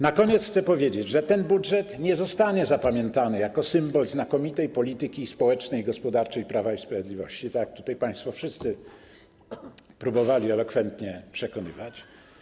Na koniec chcę powiedzieć, że ten budżet nie zostanie zapamiętany jako symbol znakomitej polityki społecznej i gospodarczej Prawa i Sprawiedliwości, tak jak tutaj wszyscy państwo próbowali elokwentnie przekonywać.